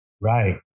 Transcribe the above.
right